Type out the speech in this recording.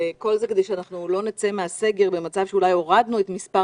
כל זה כדי שלא נצא מן הסגר במצב שאולי הורדנו את מספר